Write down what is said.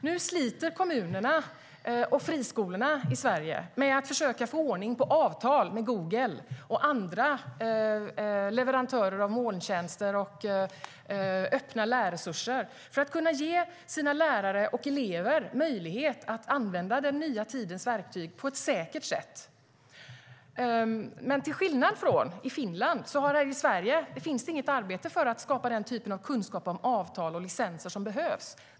Nu sliter kommunerna och friskolorna i Sverige med att försöka få ordning på avtal med Google och andra leverantörer av molntjänster och öppna lärresurser för att kunna ge sina lärare och elever möjlighet att använda den nya tidens verktyg på ett säkert sätt. Men till skillnad från i Finland finns det i Sverige inget arbete för att skapa den typ av kunskap om avtal och licenser som behövs.